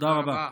תודה רבה.